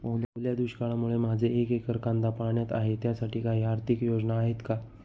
ओल्या दुष्काळामुळे माझे एक एकर कांदा पाण्यात आहे त्यासाठी काही आर्थिक योजना आहेत का?